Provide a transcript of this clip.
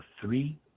three